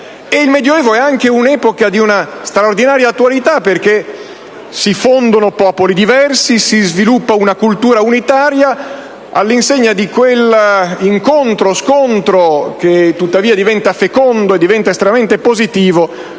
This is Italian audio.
Il Medioevo è anche un'epoca di straordinaria attualità, perché si fondono popoli diversi, si sviluppa una cultura unitaria all'insegna di quell'incontro-scontro, che tuttavia diventa fecondo ed estremamente positivo,